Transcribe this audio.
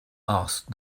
asked